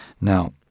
Now